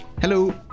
Hello